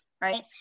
right